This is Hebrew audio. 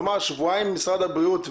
כלומר, משרד הרווחה,